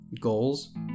goals